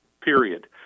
period